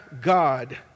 God